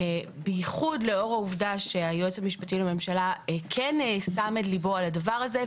בייחוד לאור העובדה שהיועץ המשפטי לממשלה כן שם את ליבו על הדבר הזה,